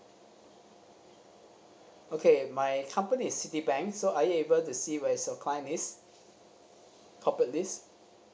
okay my company is citibank so are you able to see where is a climb is corporate list